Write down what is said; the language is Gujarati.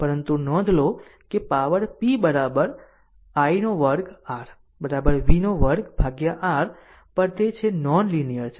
પરંતુ નોંધ લો કે પાવર p વર્ગ R v વર્ગ ભાગ્યા R પર તે છે તે નોન લીનીયર છે